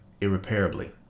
irreparably